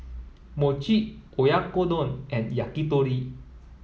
Mochi Oyakodon and Yakitori